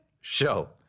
Show